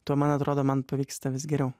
tuo man atrodo man pavyksta vis geriau